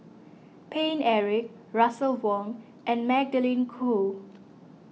Paine Eric Russel Wong and Magdalene Khoo